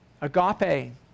Agape